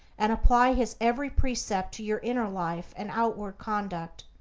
and apply his every precept to your inner life and outward conduct,